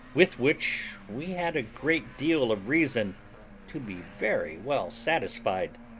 with which we had a great deal of reason to be very well satisfied.